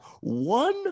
one